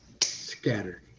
scattered